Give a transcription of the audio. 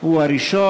הוא הראשון.